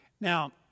Now